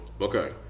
okay